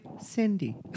Cindy